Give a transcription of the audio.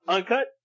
Uncut